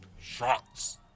shots